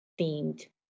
themed